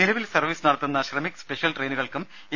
നിലവിൽ സർവീസ് നടത്തുന്ന ശ്രമിക് സ്പെഷ്യൽ ട്രെയിനുകൾക്കും എ